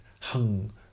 hung